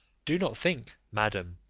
do not think, madam,